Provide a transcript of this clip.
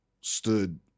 stood